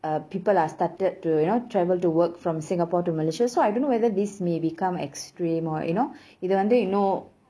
uh people are started to you know travel to work from singapore to malaysia so I don't know whether this may become extreme or you know இது வந்து:ithu vanthu you know